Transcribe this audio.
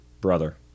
brother